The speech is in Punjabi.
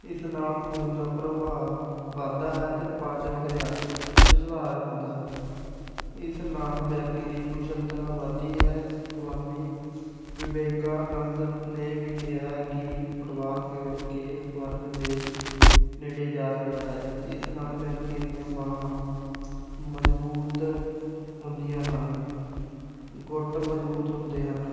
ਇਸ ਨਾਲ ਖੂਨ ਦਾ ਪ੍ਰਵਾਹ ਵੱਧਦਾ ਹੈ ਅਤੇ ਪਾਚਨ ਕਿਰਿਆ 'ਚ ਸੁਧਾਰ ਹੁੰਦਾ ਹੈ ਇਸ ਨਾਲ ਵਿਅਕਤੀ ਦੀ ਕੁਸ਼ਲਤਾ ਵੱਧਦੀ ਹੈ ਸੁਆਮੀ ਵਿਵੇਕਾਨੰਦ ਨੇ ਵੀ ਕਿਹਾ ਕਿ ਫੁੱਟਬਾਲ ਖੇਡ ਕੇ ਸਵਰਗ ਦੇ ਨੇੜੇ ਜਾ ਸਕਦਾ ਹੈ ਇਸ ਨਾਲ ਵਿਅਕਤੀ ਦੀਆਂ ਬਾਹਾਂ ਮਜ਼ਬੂਤ ਹੁੰਦੀਆਂ ਹਨ ਗੁੱਟ ਮਜ਼ਬੂਤ ਹੁੰਦੇ ਹਨ